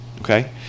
Okay